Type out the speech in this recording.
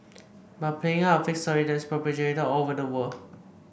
but playing up a fake story that is perpetuated all over the world